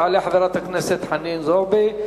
תעלה חברת הכנסת חנין זועבי,